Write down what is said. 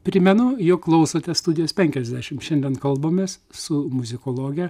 primenu jog klausotės studijos penkiasdešim šiandien kalbamės su muzikologe